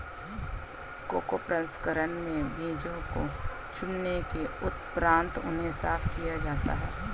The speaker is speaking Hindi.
कोको प्रसंस्करण में बीजों को चुनने के उपरांत उन्हें साफ किया जाता है